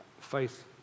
faith